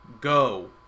go